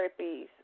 therapies